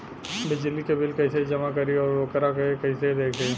बिजली के बिल कइसे जमा करी और वोकरा के कइसे देखी?